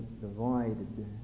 divided